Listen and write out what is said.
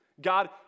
God